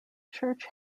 church